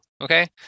Okay